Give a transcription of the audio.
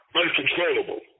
uncontrollable